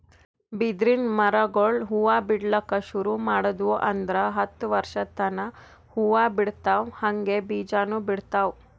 ಬಿದಿರಿನ್ ಮರಗೊಳ್ ಹೂವಾ ಬಿಡ್ಲಕ್ ಶುರು ಮಾಡುದ್ವು ಅಂದ್ರ ಹತ್ತ್ ವರ್ಶದ್ ತನಾ ಹೂವಾ ಬಿಡ್ತಾವ್ ಹಂಗೆ ಬೀಜಾನೂ ಬಿಡ್ತಾವ್